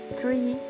three